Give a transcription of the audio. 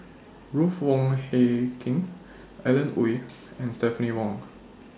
Ruth Wong Hie King Alan Oei and Stephanie Wong